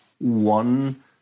One